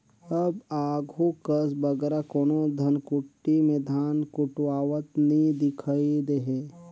अब आघु कस बगरा कोनो धनकुट्टी में धान कुटवावत नी दिखई देहें